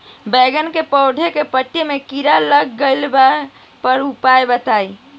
बैगन के पौधा के पत्ता मे कीड़ा लाग गैला पर का उपाय बा?